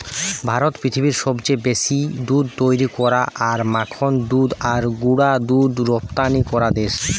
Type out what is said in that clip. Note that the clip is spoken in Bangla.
ভারত পৃথিবীর সবচেয়ে বেশি দুধ তৈরী করা আর মাখন দুধ আর গুঁড়া দুধ রপ্তানি করা দেশ